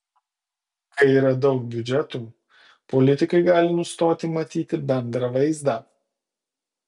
kai yra daug biudžetų politikai gali nustoti matyti bendrą vaizdą